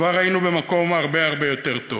כבר היינו במקום הרבה הרבה יותר טוב.